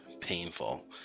painful